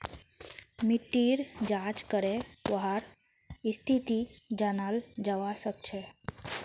मिट्टीर जाँच करे वहार स्थिति जनाल जवा सक छे